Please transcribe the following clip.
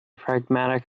pragmatic